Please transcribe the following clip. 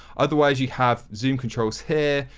otherwise you have zoom controls here.